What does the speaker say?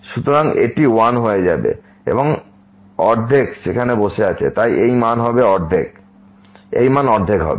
সুতরাং এটি 1 হয়ে যাবে এবং অর্ধেক সেখানে বসে আছে তাই এই মান অর্ধেক হবে